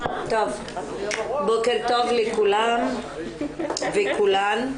בוקר טוב לכולם ולכולן,